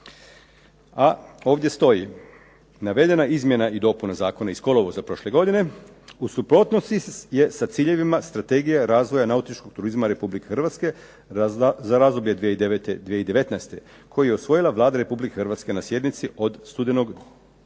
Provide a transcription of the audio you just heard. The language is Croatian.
a ovdje stoji navedena izmjena i dopuna zakona iz kolovoza prošle godine u suprotnosti je sa ciljevima strategije razvoja nautičkog turizma RH za razdoblje 2009.-2019. koji je usvojila Vlada Republike Hrvatske na sjednici od studenog 2008.